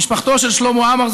משפחתו של שלמה אמר,